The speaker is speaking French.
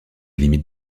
limites